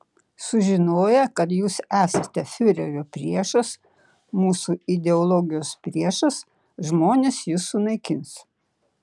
sužinoję kad jūs esate fiurerio priešas mūsų ideologijos priešas žmonės jus sunaikins